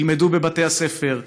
ילמדו בבתי הספר,